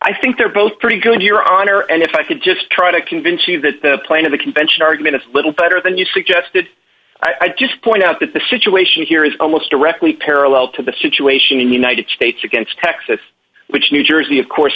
i think they're both pretty good your honor and if i could just try to convince you that the plan of the convention are going a little better than you suggested i'd just point out that the situation here is almost directly parallel to the situation in united states against texas which new jersey of course